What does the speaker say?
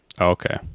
okay